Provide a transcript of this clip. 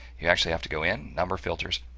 you actually have to go in number filters,